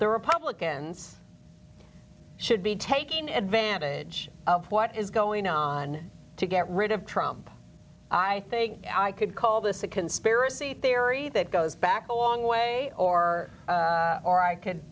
the republicans should be taking advantage of what is going on to get rid of trump i think i could call this a conspiracy theory that goes back a long way or one or i can